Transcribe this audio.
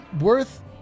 worth